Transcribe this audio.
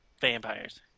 vampires